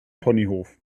ponyhof